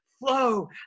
flow